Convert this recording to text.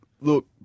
look